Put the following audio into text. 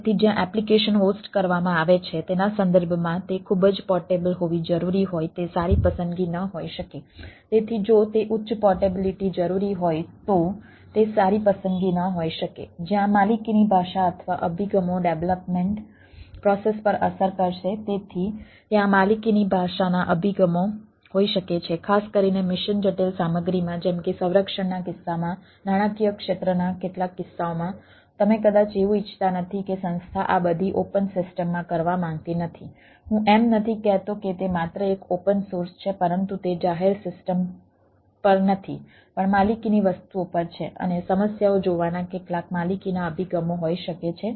તેથી જ્યાં application host કરવામાં આવે છે તેના સંદર્ભમાં તે ખૂબ જ પોર્ટેબલ છે પરંતુ તે જાહેર સિસ્ટમ પર નથી પણ માલિકીની વસ્તુઓ પર છે અને સમસ્યાઓ જોવાના કેટલાક માલિકીનાં અભિગમો હોઈ શકે છે